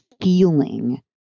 feeling